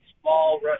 small